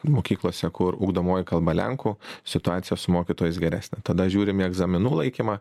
mokyklose kur ugdomoji kalba lenkų situacija su mokytojais geresnį tada žiūrim į egzaminų laikymą